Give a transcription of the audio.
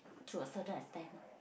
to a certain extent ah